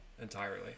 entirely